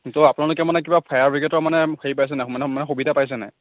তো আপোনালোকে মানে কিবা ফায়াৰ ব্ৰিগেডৰ মানে হেৰি পাইছেনে নাই সুবিধা পাইছেনে নাই